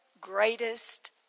greatest